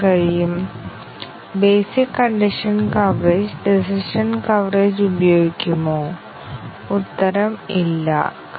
അതിനാൽ black box പരിശോധനയിൽ ഞങ്ങൾ യഥാർത്ഥത്തിൽ ഇൻപുട്ട് ഡാറ്റയുടെ ഒരു മാതൃക സൃഷ്ടിക്കുകയും ടെസ്റ്റ് കേസുകൾ സൃഷ്ടിക്കുകയും ചെയ്യുന്നു